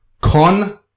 Con